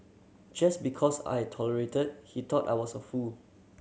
just because I tolerated he thought I was a fool